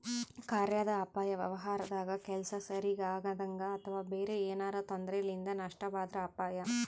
ಕಾರ್ಯಾದ ಅಪಾಯ ವ್ಯವಹಾರದಾಗ ಕೆಲ್ಸ ಸರಿಗಿ ಆಗದಂಗ ಅಥವಾ ಬೇರೆ ಏನಾರಾ ತೊಂದರೆಲಿಂದ ನಷ್ಟವಾದ್ರ ಅಪಾಯ